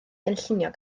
gynllunio